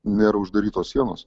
nėra uždarytos sienos